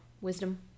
wisdom